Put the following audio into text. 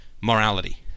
morality